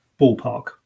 ballpark